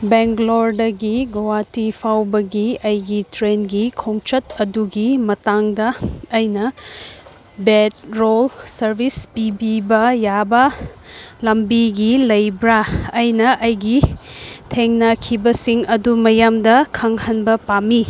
ꯕꯦꯡꯒ꯭ꯂꯣꯔꯗꯒꯤ ꯒꯨꯍꯥꯇꯤ ꯐꯥꯎꯕꯒꯤ ꯑꯩꯒꯤ ꯇ꯭ꯔꯦꯟꯒꯤ ꯈꯣꯡꯆꯠ ꯑꯗꯨꯒꯤ ꯃꯇꯥꯡꯗ ꯑꯩꯅ ꯕꯦꯗ ꯔꯣꯜ ꯁꯥꯔꯕꯤꯁ ꯄꯤꯕꯤꯕ ꯌꯥꯕ ꯂꯝꯕꯤꯒꯤ ꯂꯩꯕ꯭ꯔꯥ ꯑꯩꯅ ꯑꯩꯒꯤ ꯊꯦꯡꯅꯈꯤꯕꯁꯤꯡ ꯑꯗꯨ ꯃꯌꯥꯝꯗ ꯈꯪꯍꯟꯕ ꯄꯥꯝꯏ